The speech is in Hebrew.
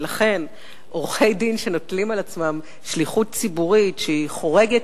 עורכי-דין שנוטלים על עצמם שליחות ציבורית שחורגת